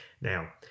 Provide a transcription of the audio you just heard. Now